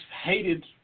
hated